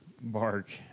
Bark